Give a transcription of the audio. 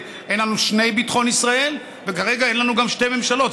אין לנו שני ביטחון ישראל וכרגע אין לנו גם שתי ממשלות.